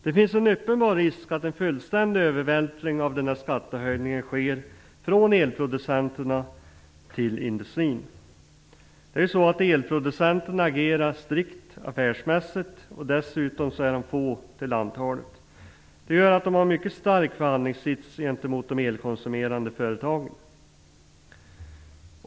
Det finns en uppenbar risk att en fullständig övervältring av denna skattehöjning sker från elproducenterna till industrin. Elproducenterna agerar strikt affärsmässigt och dessutom är de få till antalet. Det gör att de har en mycket stark förhandlingssits gentemot de elkonsumerande företagen.